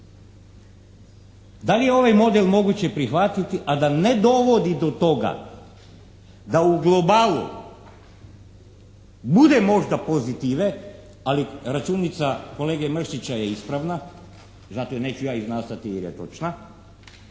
Da li je ovaj model moguće prihvatiti a da ne dovodi do toga da u globalu bude možda pozitive ali računica kolege Mršića je ispravna zato ju ja neću iznašati jer je točna.